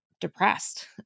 depressed